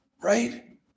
right